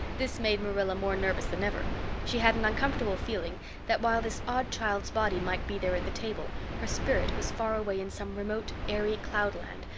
this made marilla more nervous than ever she had an uncomfortable feeling that while this odd child's body might be there at the table her spirit was far away in some remote airy cloudland,